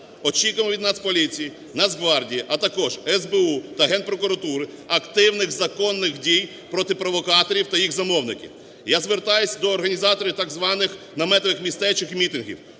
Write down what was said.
Очікуємо від Нацполіції, Нацгвардії, а також СБУ та Генпрокуратури активних законних дій проти провокаторів та їх замовників. Я звертаюся до організаторів так званих наметових містечок і мітингів.